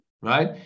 right